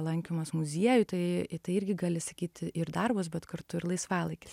lankymas muziejų tai į tai irgi gali sakyt ir darbas bet kartu ir laisvalaikis